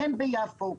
אין ביפו.